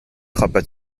frappa